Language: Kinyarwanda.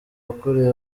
wakoreye